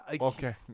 Okay